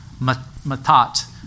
Matat